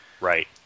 Right